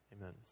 Amen